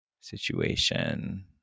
situation